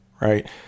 right